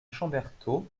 chamberthaud